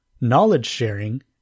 knowledge-sharing